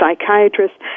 psychiatrists